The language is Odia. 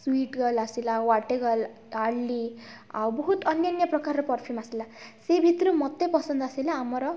ସ୍ଵୀଟ୍ଗାର୍ଲ୍ ଆସିଲା ୱାଟେଗାର୍ଲ୍ ୟାର୍ଡ଼ଲି ଆଉ ବହୁତ ଅନ୍ୟାନ୍ୟ ପ୍ରକାର ପର୍ଫ୍ୟୁମ୍ ଆସିଲା ସେ ଭିତରୁ ମୋତେ ପସନ୍ଦ ଆସିଲା ଆମର